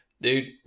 Dude